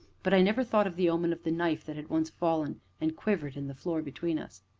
but i never thought of the omen of the knife that had once fallen and quivered in the floor between us.